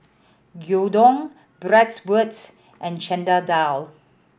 Gyudon Bratwurst and Chana Dal